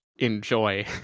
Enjoy